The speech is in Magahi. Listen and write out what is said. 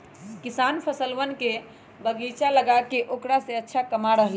किसान फलवन के बगीचा लगाके औकरा से अच्छा कमा रहले है